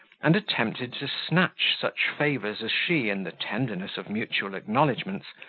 and attempted to snatch such favours, as she, in the tenderness of mutual acknowledgments,